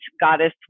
goddess